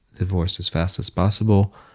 divorced as fast as possible.